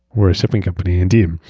we're a shipping company indeed.